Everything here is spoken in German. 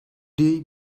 die